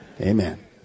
Amen